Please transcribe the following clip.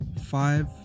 Five